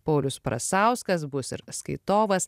paulius prasauskas bus ir skaitovas